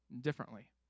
differently